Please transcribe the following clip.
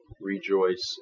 Rejoice